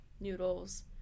noodles